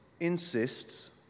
insists